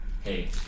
hey